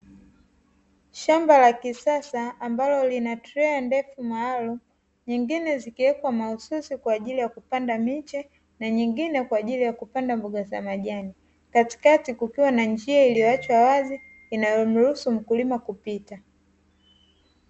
Shamba la kisasa ambalo lina treha ndefu maalumu, nyingine zikiwekwa mahususi kwa ajili ya kupanda miche na nyingine kwa ajili ya kupanda mboga za majani, katikati kukiwa na njia iliyoachwa wazi inayomruhusu mkulima kupita.